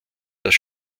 das